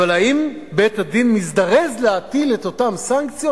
האם בית-הדין מזדרז להטיל את אותן סנקציות?